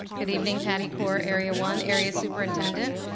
good evening, patty corr, area one area superintendent.